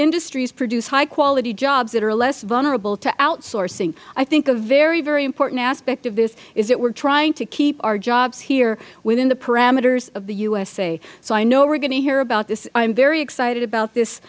industries produce high quality jobs that are less vulnerable to outsourcing i think a very very important aspect of this is that we are trying to keep our jobs here within the parameters of the u s a so i know we are going to hear about this i am very excited about this